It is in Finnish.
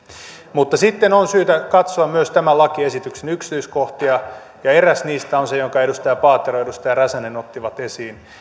mutta sitten on myös syytä katsoa tämän lakiesityksen yksityiskohtia ja eräs niistä on se jonka edustaja paatero ja edustaja räsänen ottivat esiin